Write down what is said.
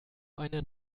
einen